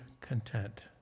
content